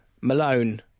Malone